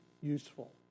useful